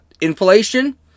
inflation